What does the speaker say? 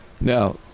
Now